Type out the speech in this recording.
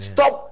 Stop